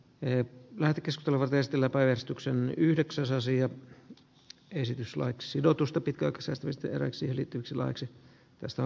ei näitä kiskoivat estellä paineistuksen yhdeksäs asia nyt esitys laiksi odotusta pika säästöistä ja vesiylityksilaiksi josta